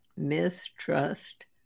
mistrust